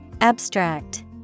Abstract